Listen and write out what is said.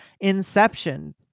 Inception